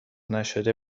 نشده